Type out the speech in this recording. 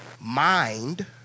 mind